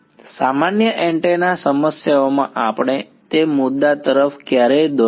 સામાન્ય એન્ટેના સમસ્યાઓમાં આપણે તે મુદ્દા તરફ ક્યારેય દોડતા નથી